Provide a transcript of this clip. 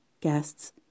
guests